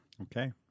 Okay